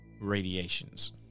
radiations